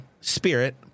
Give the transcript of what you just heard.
spirit